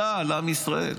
צה"ל, עם ישראל,